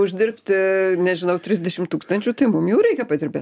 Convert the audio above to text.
uždirbti nežinau trisdešimt tūkstančių tai mum jau reikia padirbėt